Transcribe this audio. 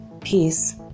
peace